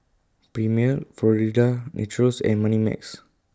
Premier Florida's Natural and Moneymax